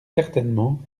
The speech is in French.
certainement